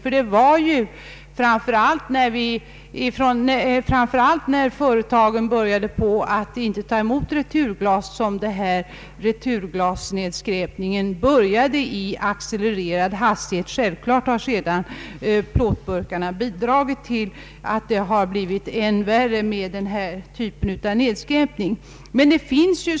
Returglasnedskräpningen började med accelererad hastighet framför allt när företagen slutade att ta emot returglas. Självfallet har sedan plåtburkarna bidragit till att denna nedskräpning har blivit än värre.